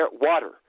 water